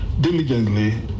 Diligently